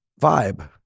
vibe